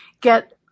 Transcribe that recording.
get